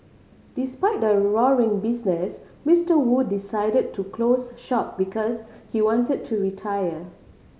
despite the roaring business Mister Wu decided to close shop because he wanted to retire